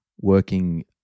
working